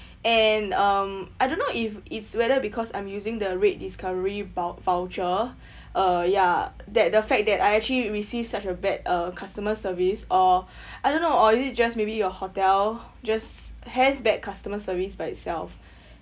and um I don't know if it's whether because I'm using the red discovery vou~ voucher uh ya that the fact that I actually receive such a bad uh customer service or I don't know or is it just maybe your hotel just has bad customer service by itself